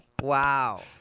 Wow